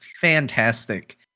fantastic